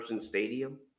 stadium